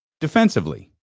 defensively